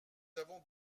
avons